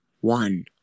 one